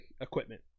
equipment